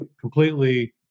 completely